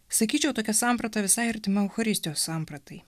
sakyčiau tokia samprata visai artima eucharistijos sampratai